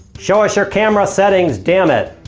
show us your camera settings damnit!